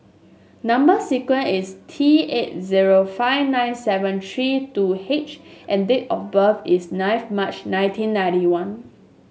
number sequence is T eight zero five nine seven three two H and date of birth is ninth March nineteen ninety one